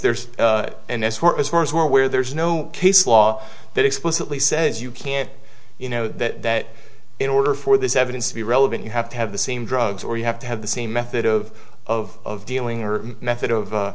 there's an as far as far as we're aware there's no case law that explicitly says you can't you know that in order for this evidence to be relevant you have to have the same drugs or you have to have the same method of of dealing or method of